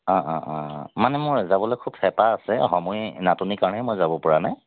অ অ অ মানে মোৰ যাবলৈ খুব হেঁপাহ আছে সময়ৰ নাটনিৰ কাৰণে মই যাব পৰা নাই